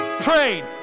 prayed